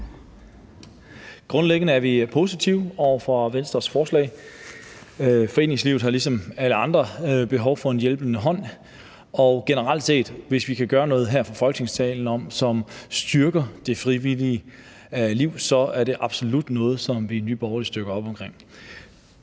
Grundlæggende er vi positive over for Venstres forslag. Foreningslivet har ligesom alle andre behov for en hjælpende hånd, og generelt set har vi det sådan, at hvis vi kan gøre noget her fra Folketingssalen, som styrker det frivillige liv, er det absolut noget, som vi i Nye Borgerlige støtter op omkring.